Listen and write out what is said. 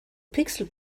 pixel